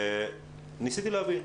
ניסיתי להבין.